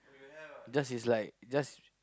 just is like just